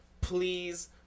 Please